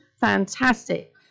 Fantastic